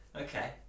Okay